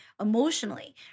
emotionally